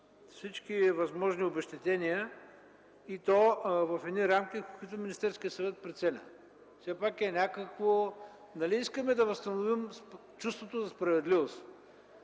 всички възможни обезщетения, и то в едни рамки, които Министерският съвет прецени. Нали искаме да възстановим чувството за справедливост?